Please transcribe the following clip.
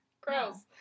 Gross